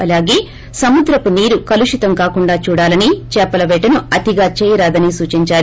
అలాగే సముద్రపు నీరు కలుషితం కాకుండా చూడాలని చేపల పేటను అతిగా చేయరాదని సూచించారు